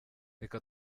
reka